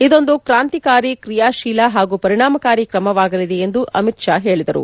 ಇದೊಂದು ಕ್ರಾಂತಿಕಾರಿ ಕ್ರಿಯಾಶೀಲ ಹಾಗೂ ಪರಿಣಾಮಕಾರಿ ಕ್ರಮವಾಗಲಿದೆ ಎಂದು ಅಮಿತ್ ಶಾ ಹೇಳಿದರು